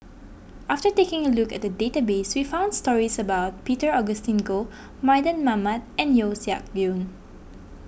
after taking a look at the database we found stories about Peter Augustine Goh Mardan Mamat and Yeo Siak Goon